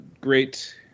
great